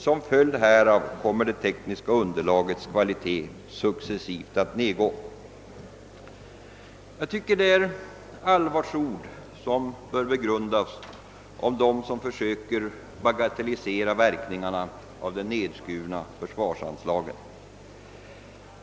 Som följd härav kommer det tekniska underlagets kvalitet successivt att nedgå.» Jag tycker det är allvarsord som bör begrundas av dem som försöker bagatellisera verkningarna av de nedskurna försvarsanslagen.